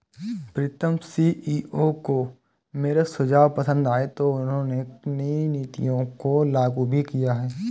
प्रीतम CEO को मेरे सुझाव पसंद आए हैं और उन्होंने नई नीतियों को लागू भी किया हैं